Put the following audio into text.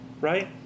right